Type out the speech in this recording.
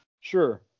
Sure